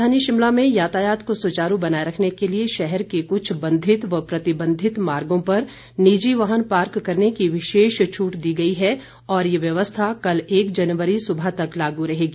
राजधानी शिमला में यातायात को सुचारू बनाए रखने के लिए शहर के कुछ बंधित व प्रतिबंधित मार्गों पर निजी वाहन पार्क करने की विशेष छूट दी गई है और ये व्यवस्था एक जनवरी सुबह तक लागू रहेगी